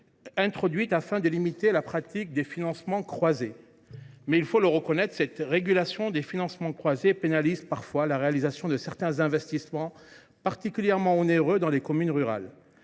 introduites afin de limiter la pratique des financements croisés. Il faut cependant reconnaître que cette régulation des financements croisés pénalise parfois la réalisation de certains investissements particulièrement onéreux dans les communes rurales.